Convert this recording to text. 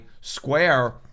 Square